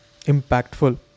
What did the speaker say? impactful